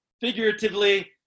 figuratively